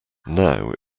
now